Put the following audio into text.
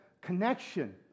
connection